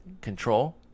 Control